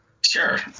Sure